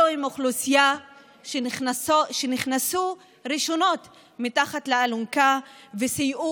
זאת אוכלוסייה שנכנסה ראשונה מתחת לאלונקה וסייעה